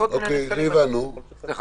צריך